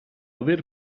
aver